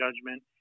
judgment